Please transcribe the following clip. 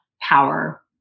power